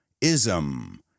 Ism